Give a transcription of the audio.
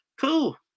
Cool